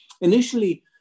initially